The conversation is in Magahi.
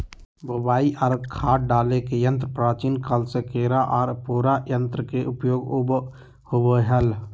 बुवाई आर खाद डाले के यंत्र प्राचीन काल से केरा आर पोरा यंत्र के उपयोग होवई हल